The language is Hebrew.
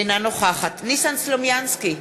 אינה נוכחת ניסן סלומינסקי,